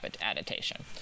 adaptation